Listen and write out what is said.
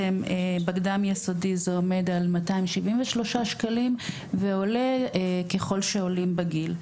בקדם יסודי זה עומד על 273 שקלים ועולה ככל שעולים בגיל.